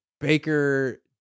Baker